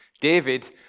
David